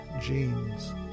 genes